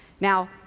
Now